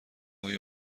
های